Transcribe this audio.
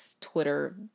Twitter